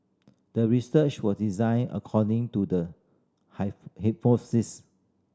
the research was designed according to the hypothesis